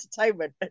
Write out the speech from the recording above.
entertainment